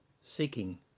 Seeking